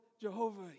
Jehovah